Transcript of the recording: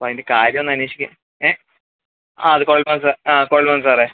അപ്പോൾ അതിൻ്റെ കാര്യം ഒന്ന് അന്വേഷിക്കാൻ ആ അത് സാർ സാറെ